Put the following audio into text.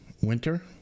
winter